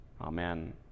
Amen